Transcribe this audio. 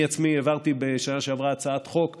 אני עצמי העברתי בשנה שעברה הצעת חוק שנגעה,